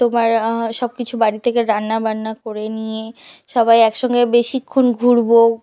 তোমার সব কিছু বাড়ি থেকে রান্নাবান্না করে নিয়ে সবাই একসঙ্গে বেশিক্ষণ ঘুরবোও